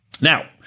now